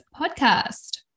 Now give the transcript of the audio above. podcast